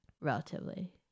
relatively